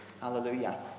Hallelujah